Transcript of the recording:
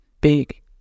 big